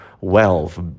wealth